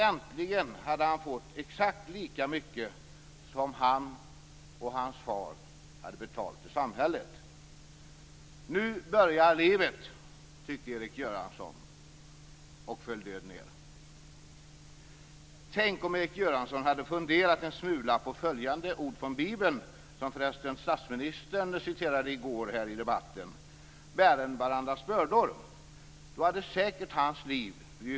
Äntligen hade han fått exakt lika mycket som han och hans far hade betalt till samhället. "Nu börjar livet!" tyckte Erik Göransson och föll död ned. Tänk om Erik Göransson hade funderat en smula på följande ord från Bibeln: "Bären varandras bördor". Då hade säkert hans liv blivit mycket bättre, varmare och inte minst mycket mer meningsfullt.